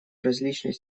различной